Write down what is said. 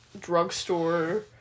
drugstore